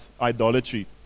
idolatry